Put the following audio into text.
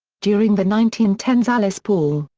during the nineteen ten s alice paul,